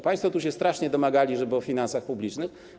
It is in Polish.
Państwo tu się strasznie domagali, żeby pomówić o finansach publicznych.